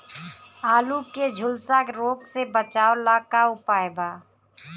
आलू के झुलसा रोग से बचाव ला का उपाय बा?